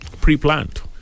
pre-planned